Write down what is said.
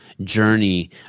journey